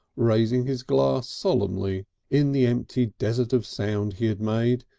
raising his glass solemnly in the empty desert of sound he had made,